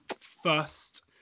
first